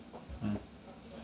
mm